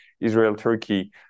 Israel-Turkey